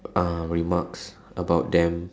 uh remarks about them